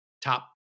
top